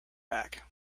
back